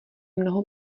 mnoho